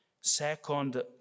Second